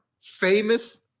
famous